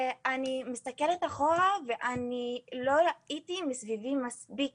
אני מסתכלת אחורה ואני מבינה שאני לא ראיתי מסביבי מספיק